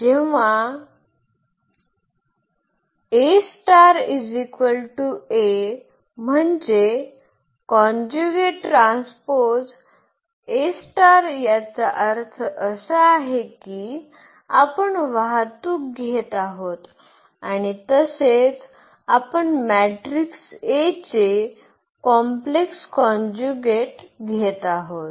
जेव्हा म्हणजे conjugate transpose याचा अर्थ असा आहे की आपण वाहतूक घेत आहोत आणि तसेच आपण मॅट्रिक्स A चे कॉम्प्लेक्स कॉन्जुगेट घेत आहोत